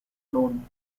known